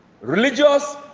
religious